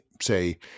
say